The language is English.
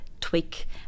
tweak